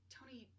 Tony